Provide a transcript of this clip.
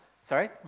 Sorry